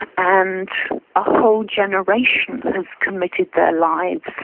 and a whole generation has committed their lives